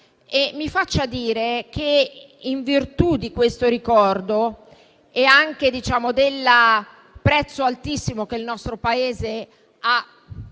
Mi faccia dire che, in virtù di questo ricordo e anche del prezzo altissimo che il nostro Paese ha